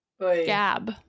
Gab